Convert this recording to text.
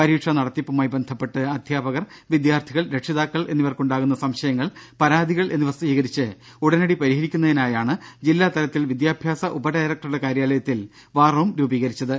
പരീക്ഷ നടത്തിപ്പുമായി ബന്ധപ്പെട്ട് അധ്യാപകർ വിദ്യാർത്ഥികൾ രക്ഷിതാക്കൾ എന്നിവർക്കുണ്ടാ കുന്ന സംശയങ്ങൾ പരാതികൾ എന്നിവ സ്വീകരിച്ച് ഉടനടി പരിഹരിക്കുന്നതിനായാണ് ജില്ലാ തലത്തിൽ വിദ്യാഭ്യാസ ഉപഡയറക്ടറുടെ കാര്യാലയത്തിൽ വാർ റൂം രൂപീകരിച്ചത്